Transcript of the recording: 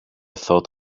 thought